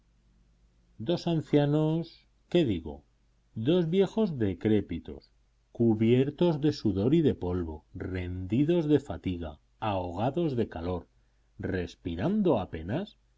dos ancianos qué digo dos viejos decrépitos cubiertos de sudor y de polvo rendidos de fatiga ahogados de calor respirando apenas